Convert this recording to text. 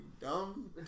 dumb